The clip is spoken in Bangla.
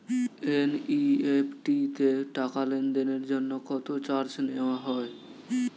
এন.ই.এফ.টি তে টাকা লেনদেনের জন্য কত চার্জ নেয়া হয়?